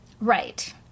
right